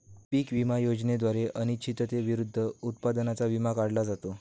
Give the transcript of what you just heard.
पीक विमा योजनेद्वारे अनिश्चिततेविरुद्ध उत्पादनाचा विमा काढला जातो